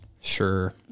sure